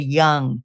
young